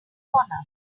corner